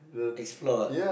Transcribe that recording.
explore ah